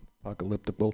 apocalyptic